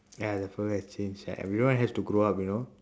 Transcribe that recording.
ya the fella has changed ev~ everyone has to grow up you know